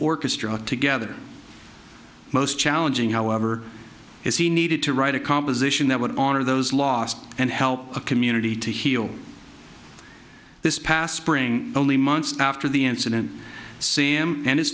orchestra together most challenging however if he needed to write a composition that would honor those lost and help a community to heal this past spring only months after the incident c m and his